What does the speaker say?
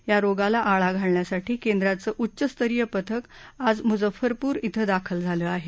या रोगाला आळा घालण्यासाठी केंद्राचं उच्च स्तरीय पथक आज मुजफ्फरपुर शिं दाखल झालं आहे